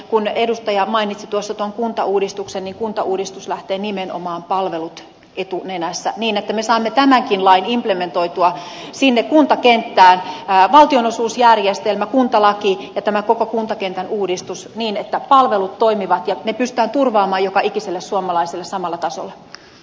kun edustaja mainitsi tuossa kuntauudistuksen niin kuntauudistus lähtee nimenomaan palvelut etunenässä niin että me saamme tämänkin lain implementoitua sinne kuntakenttään valtionosuusjärjestelmä kuntalaki ja koko kuntakentän uudistus niin että palvelut toimivat ja ne pystytään turvaamaan joka ikiselle suomalaiselle samalla tasolla